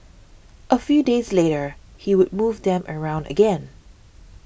a few days later he would move them around again